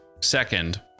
second